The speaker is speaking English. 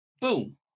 Boom